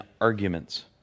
arguments